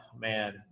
man